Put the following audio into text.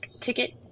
ticket